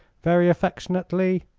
very affectionately,